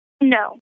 No